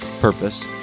purpose